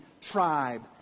tribe